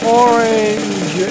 orange